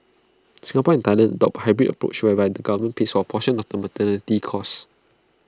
Singapore and Thailand adopt A hybrid approach show where the government pays A portion of costs